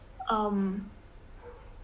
um